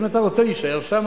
אם אתה רוצה להישאר שם,